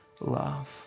love